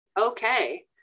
okay